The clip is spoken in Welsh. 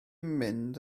mynd